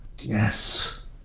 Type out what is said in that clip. yes